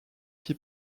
qui